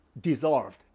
dissolved